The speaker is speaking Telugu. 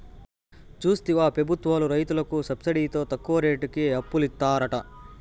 చూస్తివా పెబుత్వాలు రైతులకి సబ్సిడితో తక్కువ రేటుకి అప్పులిత్తారట